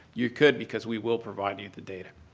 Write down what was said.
you could because we will provide you the data.